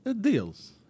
Deals